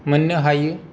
मोननो हायो